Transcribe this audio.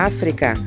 África